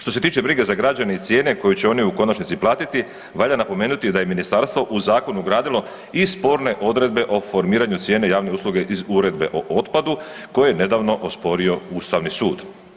Što se tiče brige za građane i cijene koju će oni u konačnici platiti valja napomenuti da je ministarstvo u zakon ugradilo i sporne odredbe o formiranju cijene javne usluge iz Uredbe o otpadu koju je nedavno osporio ustavni sud.